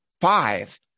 five